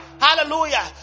Hallelujah